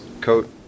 coat